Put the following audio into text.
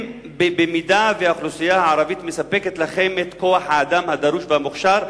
במידה שהאוכלוסייה הערבית מספקת לכם את כוח-האדם הדרוש והמוכשר,